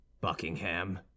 buckingham